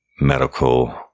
medical